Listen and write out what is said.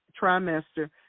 trimester